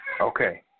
Okay